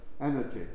energy